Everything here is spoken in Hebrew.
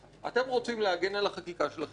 אתם רוצים להגן על החקיקה שלכם - לפחות